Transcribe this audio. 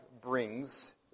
brings